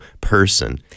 person